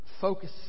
Focus